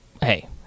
hey